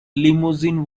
limousine